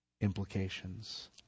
implications